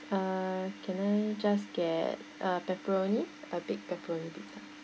uh can I just get a pepperoni a big pepperoni pizza